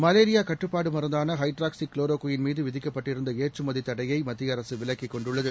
malaria கட்டுப்பாடு மருந்தான hydroxychloroquine மீது விதிக்கப்பட்டிருந்த ஏற்றுமதி தடையை மத்திய அரசு விலக்கிக்கொண்டுள்ளது